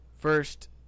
first